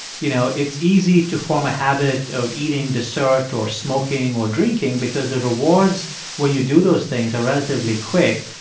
you know, it's easy to form a habit of eating dessert or smoking or drinking because the rewards when you do those things are relatively quick.